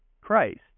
Christ